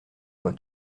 voix